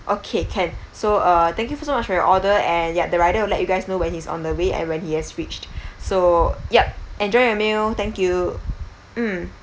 okay can so uh thank you so much for your order and ya the rider will let you guys know when he's on the way and when he has reached so yup enjoy your meal thank you mm